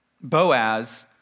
Boaz